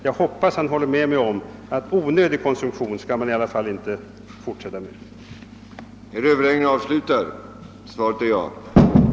Jag hoppas emellertid att statsrådet håller med mig om att man inte skall fortsätta att uppmuntra onödig konsumtion.